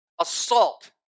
assault